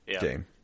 game